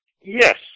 Yes